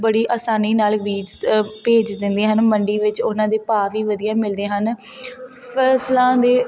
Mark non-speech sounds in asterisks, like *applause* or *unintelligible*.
ਬੜੀ ਆਸਾਨੀ ਨਾਲ *unintelligible* ਭੇਜ ਦਿੰਦੇ ਹਨ ਮੰਡੀ ਵਿੱਚ ਉਹਨਾਂ ਦੇ ਭਾਅ ਵੀ ਵਧੀਆ ਮਿਲਦੇ ਹਨ ਫਸਲਾਂ ਦੇ